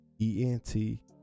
e-n-t